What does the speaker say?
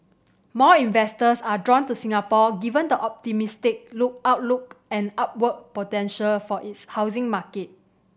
more investors are drawn to Singapore given the optimistic look outlook and upward potential for its housing market